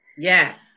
Yes